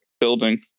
building